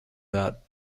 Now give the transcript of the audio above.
that